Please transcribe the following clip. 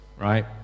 Right